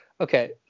Okay